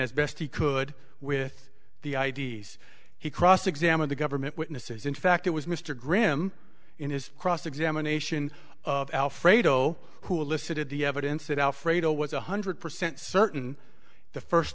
as best he could with the i d s he cross examined the government witnesses in fact it was mr grimm in his cross examination of alfredo who elicited the evidence that alfredo was one hundred percent certain the first